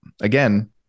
again